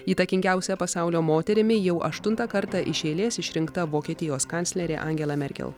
įtakingiausia pasaulio moterimi jau aštuntą kartą iš eilės išrinkta vokietijos kanclerė angela merkel